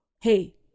hey